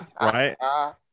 Right